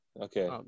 okay